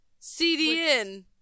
CDN